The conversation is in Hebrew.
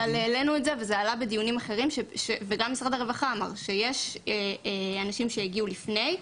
זה עלה בדיונים אחרים וגם משרד הרווחה אמר שיש אנשים שהגיעו לפני,